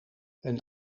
een